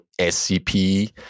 SCP